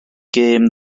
gêm